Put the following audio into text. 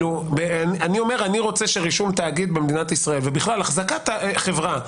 אני רוצה שרישום תאגיד במדינת ישראל ובכלל החזקת חברה,